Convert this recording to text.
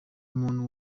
umuntu